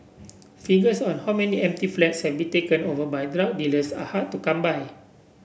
figures on how many empty flats have been taken over by drug dealers are hard to come by